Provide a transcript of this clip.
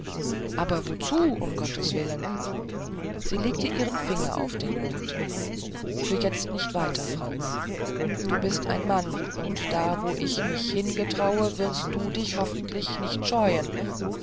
aber wozu um gottes willen sie legte ihren finger auf den mund für jetzt nicht weiter franz du bist ein mann und da wo ich mich hin getraue wirst du dich hoffentlich nicht scheuen